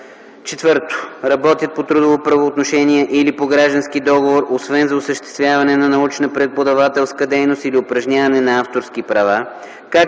така: „4. работят по трудово правоотношение или по граждански договор, освен за осъществяване на научна, преподавателска дейност или упражняване на авторски права,